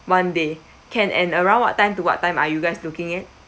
one day can and around what time to what time are you guys looking at